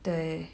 对